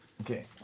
Okay